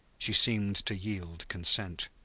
she seemed to yield consent.